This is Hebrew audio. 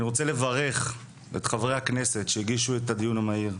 אני רוצה לברך את חברי הכנסת שהגישו את הדיון המהיר,